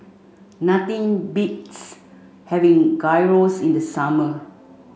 nothing beats having Gyros in the summer